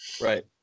Right